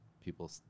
people